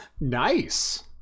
Nice